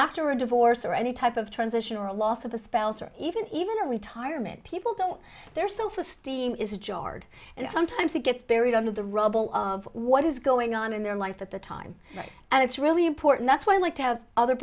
after a divorce or any type of transition or loss of a spouse or even even a retirement people don't their self esteem is jarred and sometimes it gets buried under the rubble of what is going on in their life at the time and it's really important that's why i like to have other